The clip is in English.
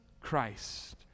Christ